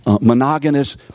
monogamous